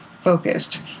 focused